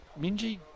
Minji